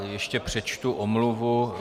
Ještě přečtu omluvu.